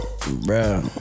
Bro